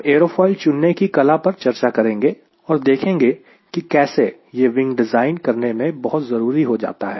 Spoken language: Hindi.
हम एरोफोइल चुनने की कला पर चर्चा करेंगे और देखेंगे कि कैसे यह विंग डिज़ाइन करने में बहुत जरूरी हो जाता है